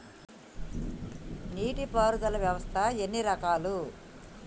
నీటి పారుదల వ్యవస్థ ఎన్ని రకాలు?